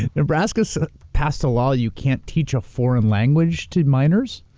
nebraska so passed a law you can't teach a foreign language to minors?